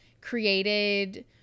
created